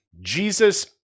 Jesus